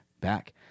back